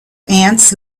ants